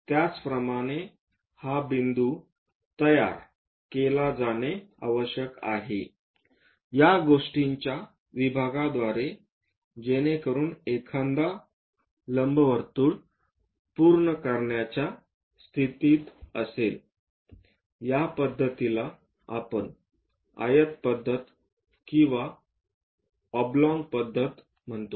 त्याचप्रमाणे हा बिंदू तयार केला जाणे आवश्यक आहे या गोष्टींच्या विभागाद्वारे जेणेकरून एखादा लंबवर्तुळ पूर्ण करण्याच्या स्थितीत असेल आणि या पद्धतीला आपण आयत पद्धत किंवा ही ऑबलॉंग पद्धत म्हणतो